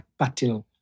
Patil